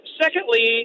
secondly